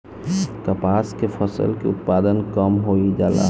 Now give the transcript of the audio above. कपास के फसल के उत्पादन कम होइ जाला?